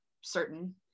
certain